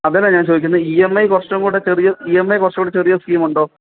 അതല്ല ഞാൻ ചോദിക്കുന്നത് ഇ എം ഐ കുറച്ചും കൂടെ ചെറിയ ഇ എം ഐ കുറച്ചൂടെ ചെറിയ സ്കീമുണ്ടോ